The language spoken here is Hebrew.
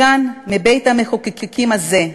מכאן, מבית-המחוקקים הזה,